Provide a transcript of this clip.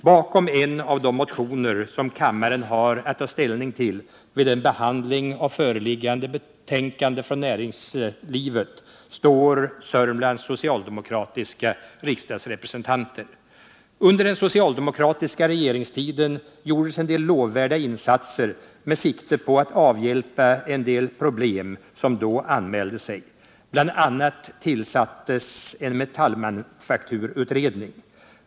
Bakom en av de motioner som kammaren har att ta ställning till vid behandlingen av föreliggande betänkande från näringsutskottet står Sörmlands socialdemokratiska riksdagsrepresentanter. Under den socialdemokratiska regeringstiden gjordes en del lovvärda insatser med sikte på att avhjälpa en del problem som då anmälde sig. Bl. a. tillsattes en metallmanufakturutredning.